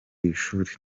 ishuri